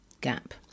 gap